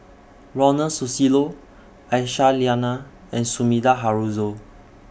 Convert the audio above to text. Ronald Susilo Aisyah Lyana and Sumida Haruzo